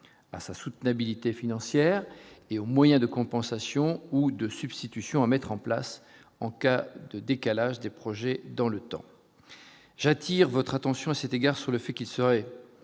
à sa soutenabilité financière et aux moyens de compensation ou de substitution à mettre en place en cas de décalage des projets dans le temps, j'attire votre attention à cet égard, sur le fait qu'il serait